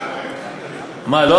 מה, לא?